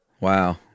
Wow